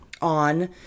on